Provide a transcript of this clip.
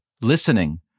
listening